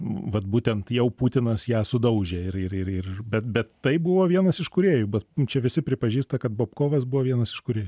vat būtent jau putinas ją sudaužė ir ir ir bet bet tai buvo vienas iš kūrėjų bet čia visi pripažįsta kad bapkovas buvo vienas iš kurė